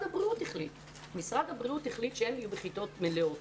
הבריאות החליט שהם יהיו בכיתות מלאות.